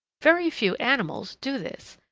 very few animals do this,